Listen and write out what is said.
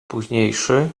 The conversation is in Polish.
późniejszy